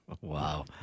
Wow